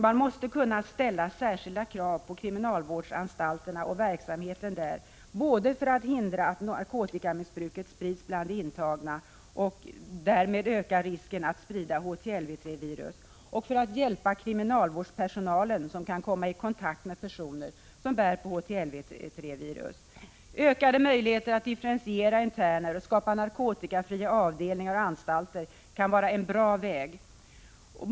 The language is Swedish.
Man måste kunna ställa särskilda krav på kriminalvårdsanstalterna och verksamheten där, både för att hindra att narkotikamissbruket sprids bland de intagna, och därmed ökar risken att sprida HTLV-III-virus, och för att hjälpa kriminalvårdspersonalen, som kan komma i kontakt med personer som bär på HTLV-III-virus. Ökade möjligheter att differentiera interner och skapa narkotikafria avdelningar och anstalter kan vara en bra väg.